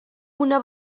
una